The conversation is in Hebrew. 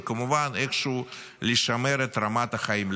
וכמובן איכשהו לשמר את רמת החיים.